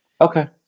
Okay